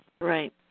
Right